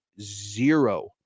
zero